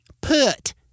put